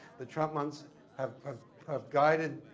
the trump months have ah have guided,